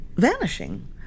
vanishing